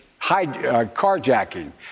carjacking